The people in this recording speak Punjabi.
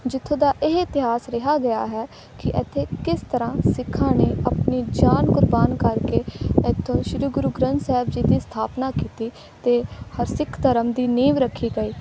ਜਿੱਥੋਂ ਦਾ ਇਹ ਇਤਿਹਾਸ ਰਿਹਾ ਗਿਆ ਹੈ ਕਿ ਇੱਥੇ ਕਿਸ ਤਰ੍ਹਾਂ ਸਿੱਖਾਂ ਨੇ ਆਪਣੀ ਜਾਨ ਕੁਰਬਾਨ ਕਰਕੇ ਇੱਥੋਂ ਸ਼੍ਰੀ ਗੁਰੂ ਗ੍ਰੰਥ ਸਾਹਿਬ ਜੀ ਦੀ ਸਥਾਪਨਾ ਕੀਤੀ ਅਤੇ ਸਿੱਖ ਧਰਮ ਦੀ ਨੀਂਹ ਰੱਖੀ ਗਈ